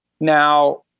Now